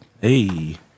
Hey